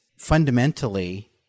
fundamentally